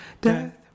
death